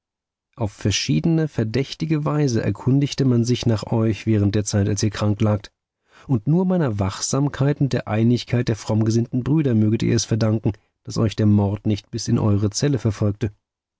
auf verschiedene verdächtige weise erkundigte man sich nach euch während der zeit als ihr krank lagt und nur meiner wachsamkeit und der einigkeit der frommgesinnten brüder möget ihr es verdanken daß euch der mord nicht bis in eure zelle verfolgte